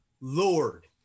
Lord